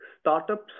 startups